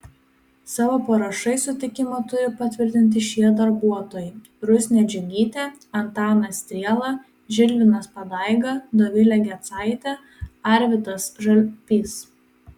savo parašais sutikimą turi patvirtinti šie darbuotojai rusnė džiugytė antanas striela žilvinas padaiga dovilė gecaitė arvydas žalpys